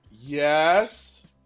Yes